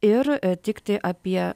ir tiktai apie